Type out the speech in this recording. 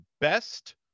best